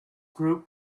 group